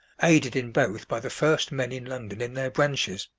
aided in both by the first men in london in their branches.